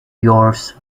yours